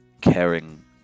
caring